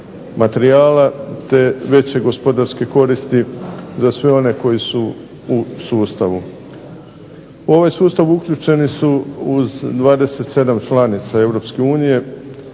materijala, te veće gospodarske koristi za sve one koji su u sustavu. U ovaj sustav uključeni su uz 27 članica